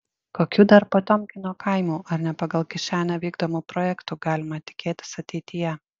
kokių dar potiomkino kaimų ar ne pagal kišenę vykdomų projektų galima tikėtis ateityje